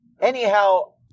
Anyhow